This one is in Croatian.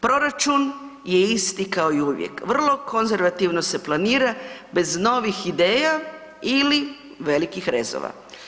Proračun je isti kao i uvijek, vrlo konzervativno se planira bez novih ideja ili velikih rezova.